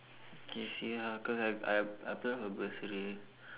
okay see how cause I I apply for bursary